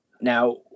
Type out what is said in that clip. Now